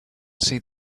see